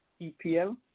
EPL